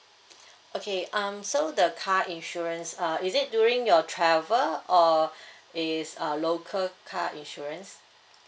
okay um so the car insurance err is it during your travel or is uh local car insurance